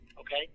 Okay